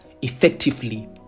effectively